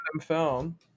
film